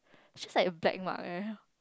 just like a black mark eh